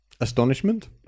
Astonishment